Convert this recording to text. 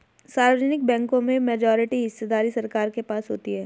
सार्वजनिक बैंकों में मेजॉरिटी हिस्सेदारी सरकार के पास होती है